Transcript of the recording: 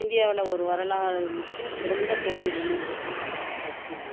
இந்தியாவில் ஒரு வரலாறு மிக்க சிறந்த கோயிலுன்னும் சொல்லலாம் அந்த சர்ச்சி வந்து